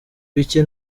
bicye